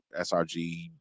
SRG